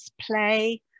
play